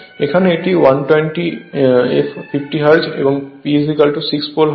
এখানে এটি 120 f50 hertz এবং P6 পোল হবে